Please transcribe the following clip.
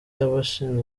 y’abashinzwe